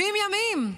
70 ימים,